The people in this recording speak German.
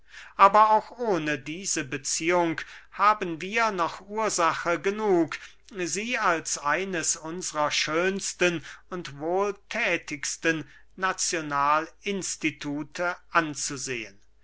aber auch ohne diese beziehung haben wir noch ursache genug sie als eines unsrer schönsten und wohlthätigsten nazionalinstitute anzusehen